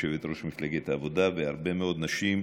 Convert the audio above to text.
יושבת-ראש מפלגת העבודה, והרבה מאוד נשים: